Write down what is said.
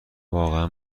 واقعا